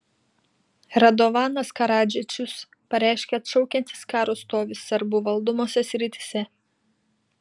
radovanas karadžičius pareiškė atšaukiantis karo stovį serbų valdomose srityse